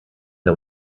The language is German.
der